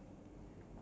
ya